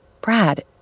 Brad